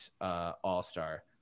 all-star